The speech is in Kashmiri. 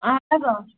اَہن حظ اۭں